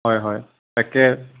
হয় হয় তাকে